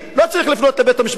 לא צריך לפנות לבית-המשפט.